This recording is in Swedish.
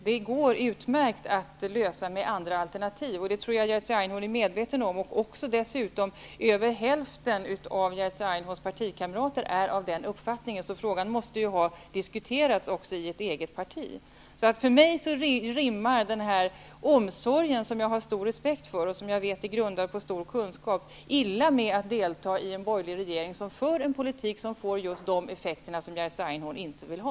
Det går utmärkt med andra alternativ, och det tror jag att Jerzy Einhorn är medveten om. Över hälften av Jerzy Einhorns partikamrater är av den uppfattningen. Frågan måste ha diskuterats i ert eget parti. För mig rimmar omsorgen, som jag har stor respekt för och som jag vet är grundad på stor kunskap, illa med att delta i en borgerlig regering som för en politik som får just de effekter Jerzy Einhorn inte vill ha.